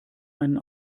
einen